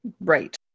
Right